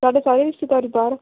ਸਾਡੇ ਸਾਰੇ ਰਿਸ਼ਤੇਦਾਰ ਹੀ ਬਾਹਰ ਆ